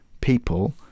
people